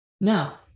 now